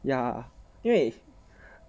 yeah 因为